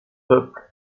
peuple